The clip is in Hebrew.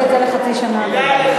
חבל.